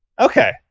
okay